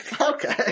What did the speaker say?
Okay